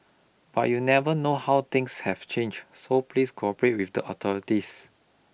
but you never know how things have changed so please cooperate with the authorities